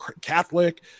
Catholic